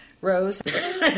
Rose